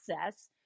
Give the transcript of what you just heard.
access